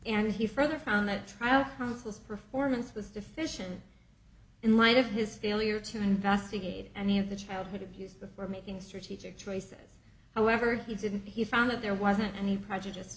and he further found that trial performance was deficient in light of his failure to investigate any of the childhood abuse or making strategic choices however he didn't he found that there wasn't any prejudice